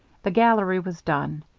the gallery was done.